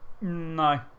no